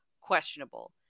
questionable